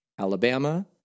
Alabama